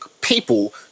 people